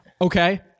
Okay